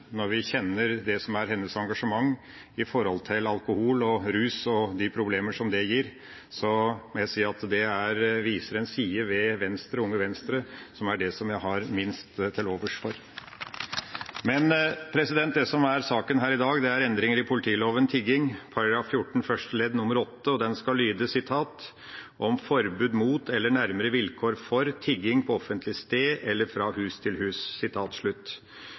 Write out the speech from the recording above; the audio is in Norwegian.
Når vi kjenner hennes engasjement med tanke på alkohol, rus og de problemer som det gir, må jeg si at det viser en side ved Unge Venstre som er det som jeg har minst til overs for. Det som er saken her i dag, er endringer i politiloven, tigging, § 14 første ledd nr. 8, og den skal lyde: «om forbud mot eller nærmere vilkår for tigging på offentlig sted eller fra hus til hus.»